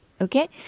Okay